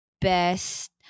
best